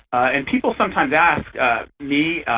and people sometimes ask me,